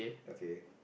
okay